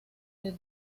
the